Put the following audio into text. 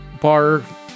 bar